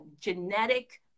genetic